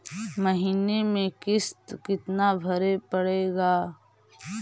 महीने में किस्त कितना भरें पड़ेगा?